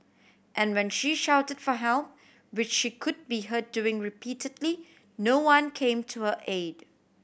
and when she shouted for help which she could be heard doing repeatedly no one came to her aid